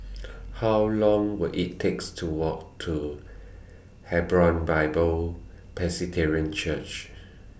How Long Will IT takes to Walk to Hebron Bible Church